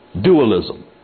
dualism